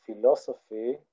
philosophy